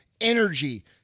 energy